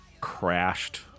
crashed